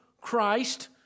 Christ